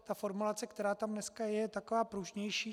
Takže formulace, která tam dneska je, je taková pružnější.